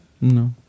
No